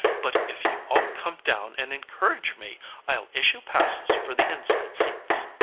but if you'll all come down and encourage me i'll issue passes for the inside seats.